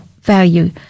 value